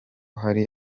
hari